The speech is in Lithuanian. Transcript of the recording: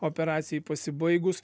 operacijai pasibaigus